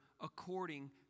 according